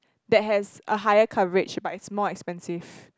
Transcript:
that has a higher coverage but it's more expensive